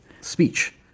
speech